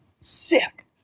Sick